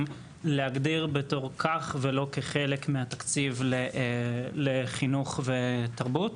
בתור כך ולא כחלק מהתקציב לחינוך ותרבות